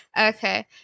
okay